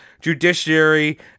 judiciary